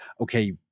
okay